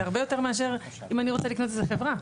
זה הרבה יותר מאשר אם אני רוצה לקנות איזו חברה.